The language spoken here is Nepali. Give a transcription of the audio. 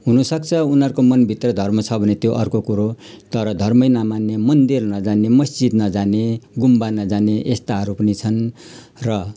हुनु सक्छ उनीहरूको मन भित्र धर्म छ भने त्यो अर्को कुरो तर धर्मै नमान्ने मन्दिर नजाने मस्जिद नजाने गुम्बा नजाने यस्ताहरू पनि छन् र